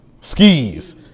Skis